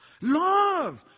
love